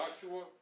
Joshua